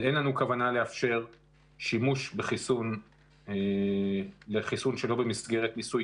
אבל אין לנו כוונה לאפשר שימוש בחיסון שלא במסגרת ניסוי